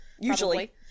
Usually